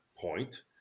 point